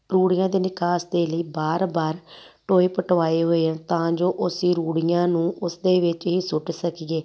ਰੂੜੀਆਂ ਅਤੇ ਨਿਕਾਸ ਦੇ ਲਈ ਵਾਰ ਵਾਰ ਟੋਏ ਪਟਵਾਏ ਹੋਏ ਆ ਤਾਂ ਜੋ ਉਸੀ ਰੂੜੀਆਂ ਨੂੰ ਉਸਦੇ ਵਿੱਚ ਹੀ ਸੁੱਟ ਸਕੀਏ